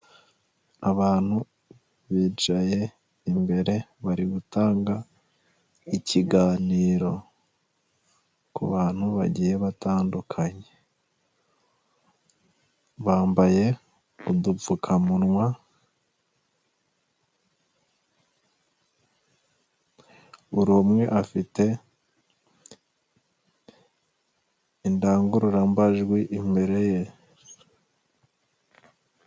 Abantu bicaye imbere bari gutanga ikiganiro ku bantu bagiye batandukanye. Bambaye udupfukamunwa, buri umwe afite indangururamajwi imbere ye.